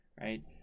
Right